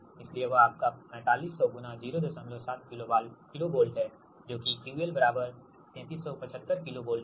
इसीलिए वह आपका 4500 07 किलो वोल्ट है जो कि QL 3375 किलो वोल्ट है